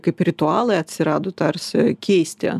kaip ritualai atsirado tarsi keisti